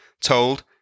told